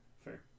Fair